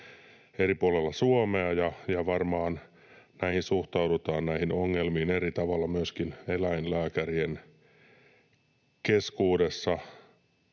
eri puolilla Suomea, ja varmaan näihin ongelmiin suhtaudutaan eri tavalla myöskin eläinlääkärien keskuudessa,